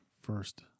first